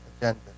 agenda